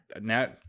Now